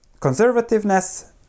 Conservativeness